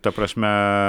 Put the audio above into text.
ta prasme